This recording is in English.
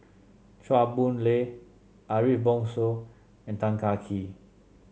Chua Boon Lay Ariff Bongso and Tan Kah Kee